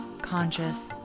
conscious